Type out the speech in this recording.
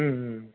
ம் ம்